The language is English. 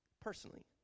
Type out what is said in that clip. personally